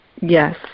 Yes